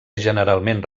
generalment